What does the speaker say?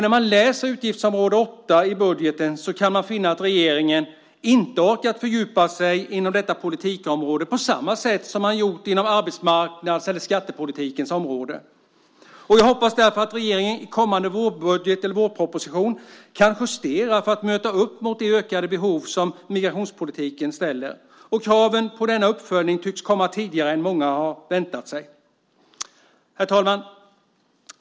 När man läser utgiftsområde 8 i budgeten kan man annars finna att regeringen inte orkat fördjupa sig inom detta politikområde på samma sätt som man gjort inom arbetsmarknads och skattepolitikområdena. Jag hoppas därför att regeringen i kommande vårproposition kan justera detta och därigenom möta de ökande behoven inom migrationspolitiken. Kraven på denna uppföljning tycks komma tidigare än många förväntat sig. Herr talman!